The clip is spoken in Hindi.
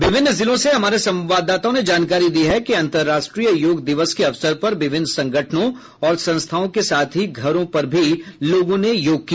विभिन्न जिलों से हमारे संवाददाताओं ने जानकारी दी है कि अंतर्राष्ट्रीय योग दिवस के अवसर पर विभिन्न संगठनों और संस्थाओं के साथ ही घरों पर भी लोगों ने योग किया